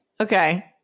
okay